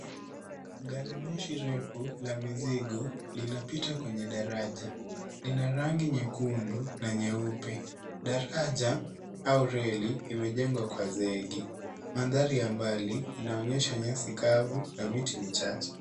Gari moshi refu la mizigo linapita kwenye daraja. Lina rangi nyekundu na nyeupe. Daraja au reli imejengwa kwa zegi. Mandhari ya mbali inaonesha nyasi kavu na miti michache.